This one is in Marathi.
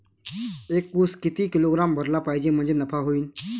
एक उस किती किलोग्रॅम भरला पाहिजे म्हणजे नफा होईन?